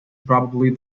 probably